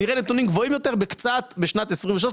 נראה נתונים גבוהים בשנת 23',